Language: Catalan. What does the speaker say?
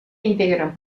integren